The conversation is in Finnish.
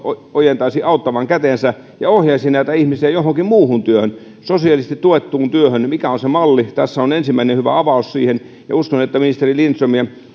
ojentaisi auttavan kätensä ja ohjaisi näitä ihmisiä johonkin muuhun työhön sosiaalisesti tuettuun työhön mikä on se malli tässä on ensimmäinen hyvä avaus siihen ja uskon että ministeri lindström ja